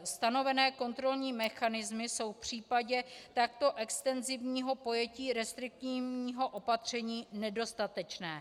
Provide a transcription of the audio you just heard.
Stanovené kontrolní mechanismy jsou v případě takto extenzivního pojetí restriktivního opatření nedostatečné.